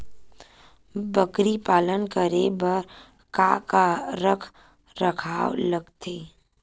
बकरी पालन करे बर काका रख रखाव लगथे?